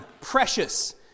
precious